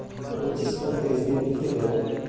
ᱯᱚᱸᱪᱤᱥ ᱠᱷᱚᱱ ᱛᱤᱨᱤᱥ ᱫᱤᱱ ᱵᱷᱤᱛᱤᱨ ᱨᱮ